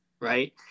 right